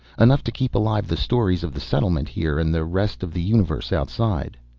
enough to keep alive the stories of the settlement here and the rest of the universe outside.